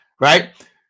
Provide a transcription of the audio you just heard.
right